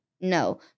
no